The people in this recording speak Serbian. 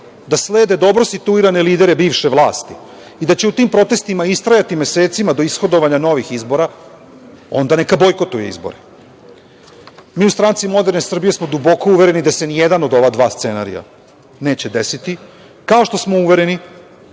da slede dobro situirane lidere bivše vlasti i da će u tim protestima istrajati mesecima do ishodovanja novih izbora, onda neka bojkotuje izbore. Mi u SMS smo duboko uvereni da se ni jedan od ova dva scenarija neće desiti, kao što smo uvereni